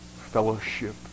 fellowship